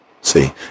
See